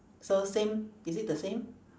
so same is it the same